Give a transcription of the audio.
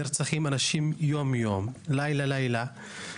נרצחים אנשים יום יום, לילה לילה.